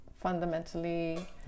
fundamentally